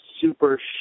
super